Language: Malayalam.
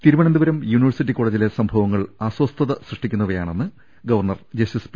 തിരുവനന്തപുരം യൂണിവേഴ്സിറ്റി കോളജിലെ സംഭവങ്ങൾ അസ്വസ്ഥത സൃഷ്ടിക്കുന്നതാണെന്ന് ഗവർണർ ജസ്റ്റിസ് പി